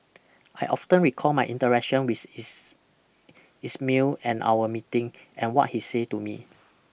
I often recall my interaction with is Ismail and our meeting and what he say to me